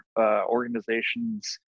organizations